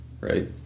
right